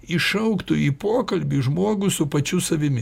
išaugtų į pokalbį žmogų su pačiu savimi